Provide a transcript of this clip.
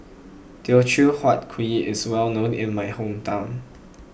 Teochew Huat Kuih is well known in my hometown